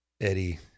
Eddie